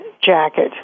jacket